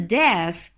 death